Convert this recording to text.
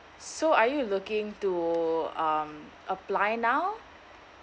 so are you looking to um apply now